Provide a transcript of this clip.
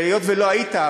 והיות שלא היית,